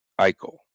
Eichel